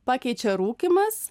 pakeičia rūkymas